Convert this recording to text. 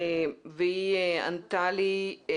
והיא ענתה לי.